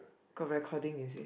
got recording is it